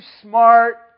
smart